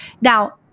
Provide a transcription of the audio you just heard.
Now